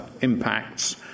impacts